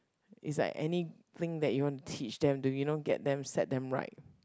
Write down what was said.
is like anything that you want to teach them to you know get them set them right